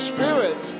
Spirit